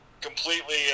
completely